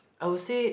I will say